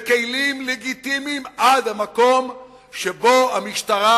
בכלים לגיטימיים, עד המקום שבו המשטרה,